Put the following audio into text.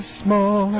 small